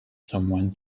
someone